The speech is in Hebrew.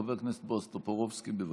חבר הכנסת בועז טופורובסקי, בבקשה.